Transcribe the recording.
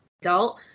adult